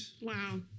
Wow